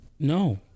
No